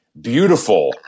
beautiful